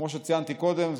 כמו שציינתי קודם,